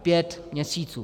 Pět měsíců.